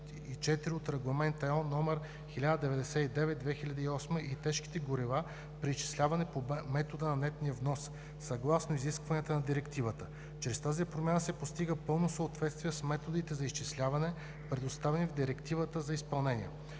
от Регламент (ЕО) № 1099/2008г., и тежки горива при изчисляване по метода на нетния внос, съгласно изискванията на Директивата; чрез тази промяна се постига пълно съответствие с методите за изчисляване, представени в Директивата за изпълнение;